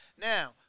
Now